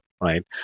right